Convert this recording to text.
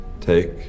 take